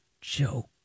joke